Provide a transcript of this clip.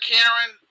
Karen